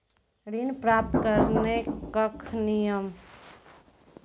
ऋण प्राप्त करने कख नियम?